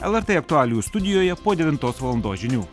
lrt aktualijų studijoje po devintos valandos žinių